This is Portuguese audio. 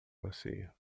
macio